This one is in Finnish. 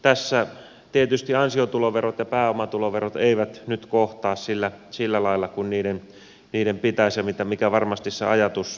tässä tietysti ansiotuloverot ja pääomatuloverot eivät nyt kohtaa sillä lailla kuin niiden pitäisi ja mikä varmasti se ajatus on